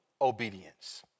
obedience